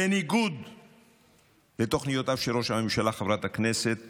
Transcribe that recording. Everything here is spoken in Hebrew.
בניגוד לתוכניותיו של ראש הממשלה, חברת הכנסת